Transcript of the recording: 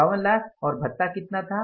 52lacks और भत्ता कितना था